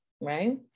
right